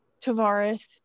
Tavares